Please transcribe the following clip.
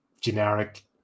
generic